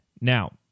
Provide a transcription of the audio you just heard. Now